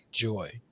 joy